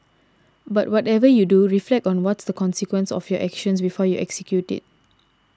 but whatever you do reflect on what's the consequences of your action before you execute it